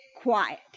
quiet